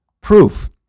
proof